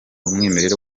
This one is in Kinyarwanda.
umwimerere